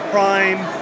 Prime